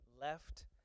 left